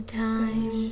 time